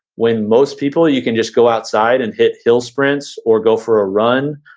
when most people you can just go outside and hit hill sprints or go for a run,